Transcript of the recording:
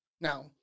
Now